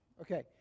Okay